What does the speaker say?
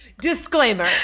disclaimer